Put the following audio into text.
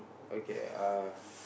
okay uh